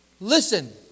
listen